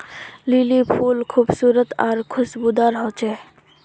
lily फुल खूबसूरत आर खुशबूदार होचे